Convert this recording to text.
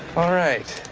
all right.